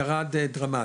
ירד דרמטית,